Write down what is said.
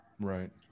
Right